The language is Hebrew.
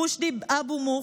רושדי אבו מוך,